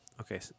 Okay